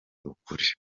ukuri